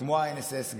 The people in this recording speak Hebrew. וכמו ה-INSS,